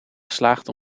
geslaagd